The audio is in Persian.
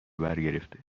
برگرفته